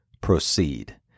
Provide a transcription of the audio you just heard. proceed